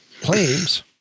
Claims